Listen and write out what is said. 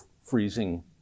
freezing